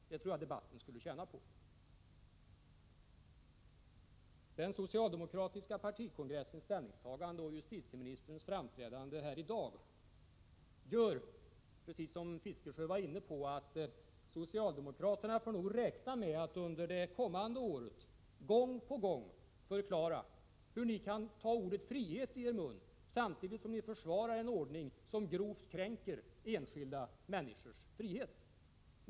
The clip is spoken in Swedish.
Jag tror att debatten skulle tjäna på det. Den socialdemokratiska partikongressens ställningstagande och justitieministerns framträdande här i dag gör, precis som Fiskesjö var inne på, att socialdemokraterna nog får räkna med att under det kommande året gång på gång förklara hur ni kan ta ordet frihet i er mun, samtidigt som ni försvarar en ordning som grovt kränker enskilda människors frihet.